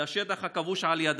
לשטח הכבוש על ידה.